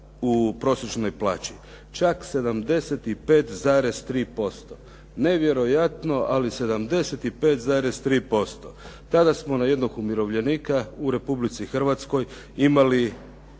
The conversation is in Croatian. u prosječnoj plaći? Čak 75,3%. Nevjerojatno ali 75,3%. Tada smo na jednog umirovljenika u Republici Hrvatskoj imali